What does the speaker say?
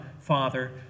Father